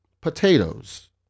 potatoes